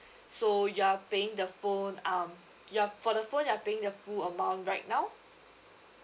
so you're paying the phone um you're for the phone you're paying the full amount right now